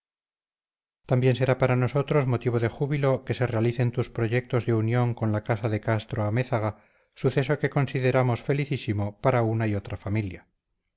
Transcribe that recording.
también será para nosotros motivo de júbilo que se realicen tus proyectos de unión con la casa de castro-amézaga suceso que consideramos felicísimo para una y otra familia